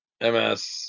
MS